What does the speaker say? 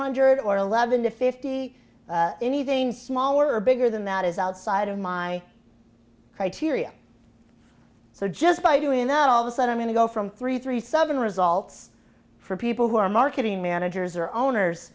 hundred or eleven to fifty anything smaller or bigger than that is outside of my criteria so just by doing that all this out i'm going to go from three three seven results for people who are marketing managers or owners